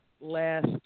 last